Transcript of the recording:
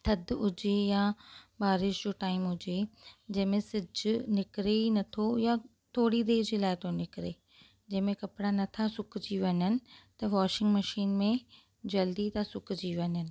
थधि हुजे या बारिश जो टाइम हुजे जंहिं में सिज निकिरे नथो या थोरी देरि जे लाइ थो निकरे जंहिं में कपिड़ा नथा सुकजी वञनि त वॉशिंग मशीन में जल्दी था सुकजी वञनि